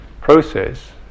process